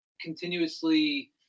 Continuously